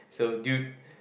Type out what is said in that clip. so dude